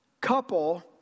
couple